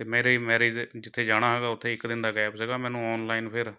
ਅਤੇ ਮੇਰੇ ਮੈਰਿਜ ਜਿੱਥੇ ਜਾਣਾ ਹੈਗਾ ਉੱਥੇ ਇੱਕ ਦਿਨ ਦਾ ਗੈਪ ਸੀਗਾ ਮੈਨੂੰ ਔਨਲਾਈਨ ਫਿਰ